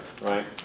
right